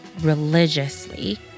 religiously